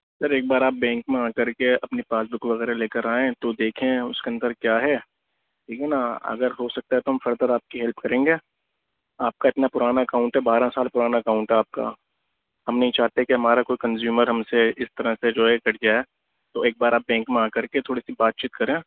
سر ایک بار آپ بینک میں آ کر کے اپنی پاس بک وغیرہ لے کر آئیں تو دیکھیں اس کے اندر کیا ہے ٹھیک ہے نا اگر ہوسکتا ہے تو ہم فردر آپ کی ہیلپ کریں گے آپ کا اتنا پرانا اکاؤنٹ ہے بارہ سال پرانا اکاؤنٹ ہے آپ کا ہم نہیں چاہتے کہ ہمارا کوئی کنزیومر ہم سے اس طرح سے جو ہے کٹ جائے تو ایک بار آپ بینک میں آ کر کے تھوڑی بات چیت کریں